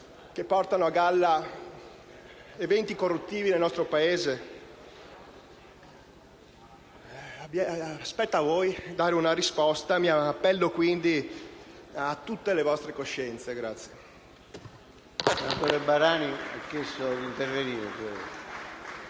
che portano a galla eventi corruttivi nel nostro Paese? Spetta a voi dare una risposta; mi appello quindi a tutte le vostre coscienze.